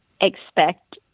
expect